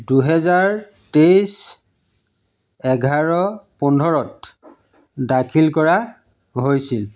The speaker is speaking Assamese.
দুহেজাৰ তেইছ এঘাৰ পোন্ধৰত দাখিল কৰা হৈছিল